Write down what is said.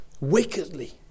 wickedly